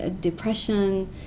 depression